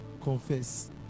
Confess